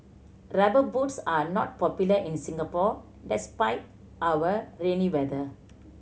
Rubber Boots are not popular in Singapore despite our rainy weather